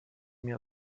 mir